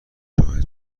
شاهد